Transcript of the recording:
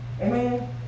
Amen